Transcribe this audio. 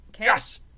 Yes